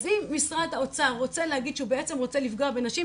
אז אם משרד האוצר רוצה להגיד שהוא בעצם רוצה לפגוע בנשים,